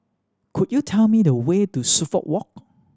could you tell me the way to Suffolk Walk